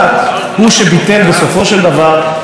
את החלטה השערורייתית של ועדת השחרורים,